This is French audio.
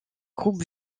groupe